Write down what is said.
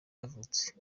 yavutse